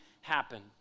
happen